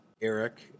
Eric